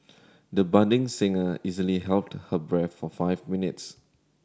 the budding singer easily held her breath for five minutes